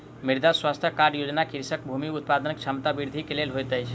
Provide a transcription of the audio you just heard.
मृदा स्वास्थ्य कार्ड योजना कृषकक भूमि उत्पादन क्षमता वृद्धि के लेल होइत अछि